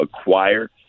acquire